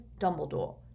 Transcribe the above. Dumbledore